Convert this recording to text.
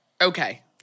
Okay